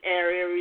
area